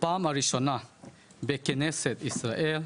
בפעם הראשונה בכנסת ישראל.